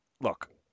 look